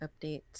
updates